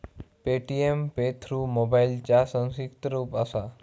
Paytm pay through मोबाईलचा संक्षिप्त रूप असा